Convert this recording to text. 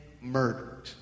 murdered